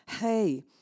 hey